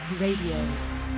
Radio